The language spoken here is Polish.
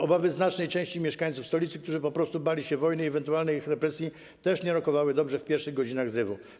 Obawy znacznej części mieszkańców stolicy, którzy po prostu bali się wojny i ewentualnych represji, też nie rokowały dobrze w pierwszych godzinach zrywu.